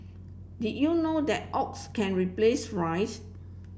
did you know that oats can replace rice